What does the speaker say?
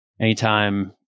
anytime